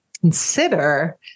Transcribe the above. consider